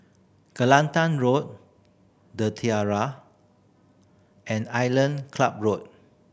Kelantan Road The Tiara and Island Club Road